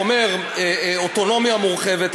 אומר: אוטונומיה מורחבת,